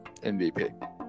MVP